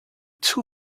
two